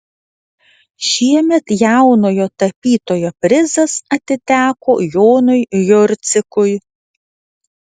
šiemet jaunojo tapytojo prizas atiteko jonui jurcikui